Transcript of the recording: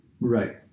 Right